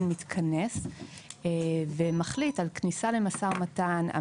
מתכנס ומחליט על כניסה למשא ומתן ועל